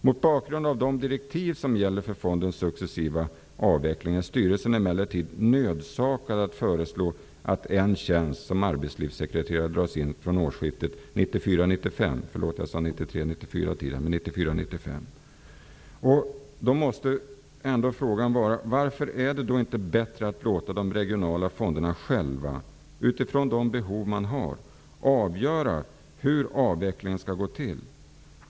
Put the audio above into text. Mot bakgrund av de direktiv som gäller för fondens successiva avveckling är styrelsen emellertid nödsakad att föreslå att en tjänst som arbetslivssekreterare dras in från årsskiftet Är det då inte bättre att låta de regionala fonderna själva, utifrån sina behov, avgöra hur avvecklingen skall gå till?